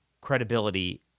credibility